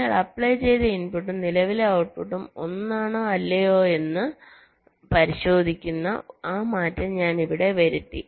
അതിനാൽ അപ്ലൈ ചെയ്ത ഇൻപുട്ടും നിലവിലെ ഔട്ട്പുട്ടും ഒന്നാണോ അല്ലയോ എന്ന് പരിശോധിക്കുന്ന ആ മാറ്റം ഞാൻ ഇവിടെ വരുത്തി